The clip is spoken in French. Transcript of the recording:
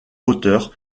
auteur